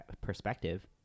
perspective